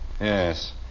Yes